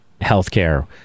healthcare